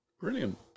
brilliant